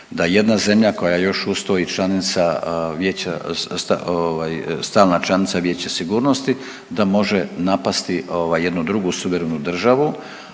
to i članica vijeća ovaj stalna članica Vijeća sigurnosti da može napasti ovaj jednu drugu suverenu državu,